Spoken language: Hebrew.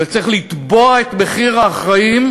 וצריך לתבוע את המחיר מהאחראים,